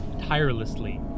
tirelessly